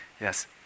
Yes